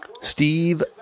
Steve